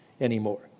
anymore